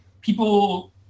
people